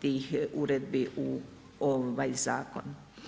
tih uredbi u zakon.